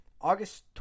August